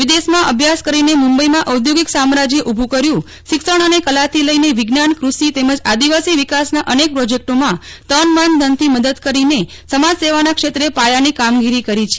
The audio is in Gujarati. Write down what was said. વિદેશમાં અભ્યાસ કરીને મુંબઈમાં ઔદ્યોગિક સામ્રાજ્ય ઉભું કર્યું છે શિક્ષણ અને કાલથી લઈને વિજ્ઞાન કૃષિ તેમજ આદિવાસીઓ ના વિકાસના અનેક પ્રીજેક્ટોમાં તન મન ધનથી મદદ કરીને સમાજ સેવાના ક્ષેત્રે પાયાની કામગીરી કરી છે